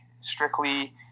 strictly